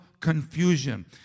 confusion